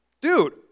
Dude